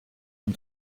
and